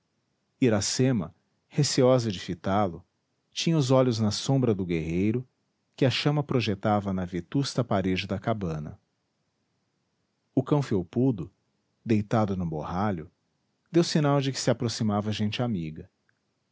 iracema receosa de fitá lo tinha os olhos na sombra do guerreiro que a chama projetava na vetusta parede da cabana o cão felpudo deitado no borralho deu sinal de que se aproximava gente amiga